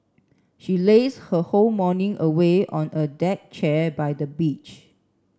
she lazed her whole morning away on a deck chair by the beach